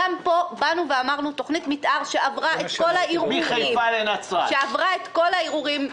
גם פה אמרנו: תוכנית מתאר שעברה את כל הערעורים.